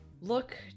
look